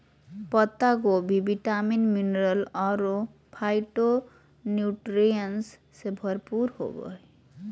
पत्ता गोभी vitamin, mineral अरो फाइटोन्यूट्रिएंट्स से भरपूर होबा हइ